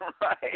Right